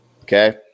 Okay